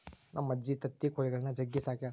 ನಮ್ಮಜ್ಜಿ ತತ್ತಿ ಕೊಳಿಗುಳ್ನ ಜಗ್ಗಿ ಸಾಕ್ಯಳ